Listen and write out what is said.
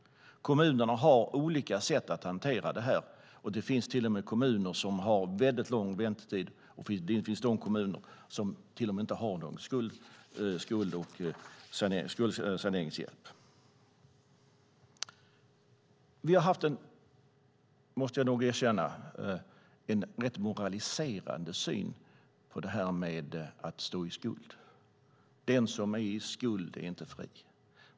Kommunerna har olika sätt att hantera dessa problem, och det finns kommuner som har lång väntetid eller som inte ger budget och skuldrådgivning. Jag måste erkänna att vi har haft en rätt moraliserande syn på att stå i skuld. Den som är satt i skuld är icke fri.